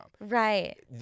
Right